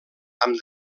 amb